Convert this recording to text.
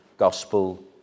gospel